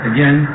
Again